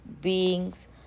beings